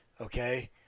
okay